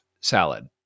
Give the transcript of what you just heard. salad